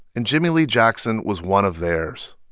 and jimmie lee jackson was one of theirs.